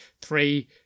three